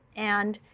and